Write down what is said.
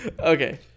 Okay